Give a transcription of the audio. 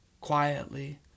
quietly